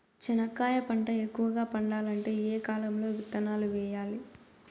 చెనక్కాయ పంట ఎక్కువగా పండాలంటే ఏ కాలము లో విత్తనాలు వేయాలి?